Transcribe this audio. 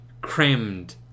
crammed